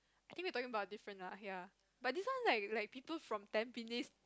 I think we are talking about different lah ya but this one like like people from Tampines